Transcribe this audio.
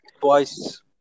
Twice